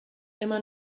immer